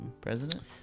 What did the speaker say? president